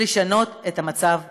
כדי לשנות את המצב הקיים.